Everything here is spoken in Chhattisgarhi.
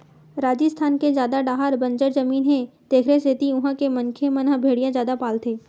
राजिस्थान के जादा डाहर बंजर जमीन हे तेखरे सेती उहां के मनखे मन ह भेड़िया जादा पालथे